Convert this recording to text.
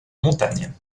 montagne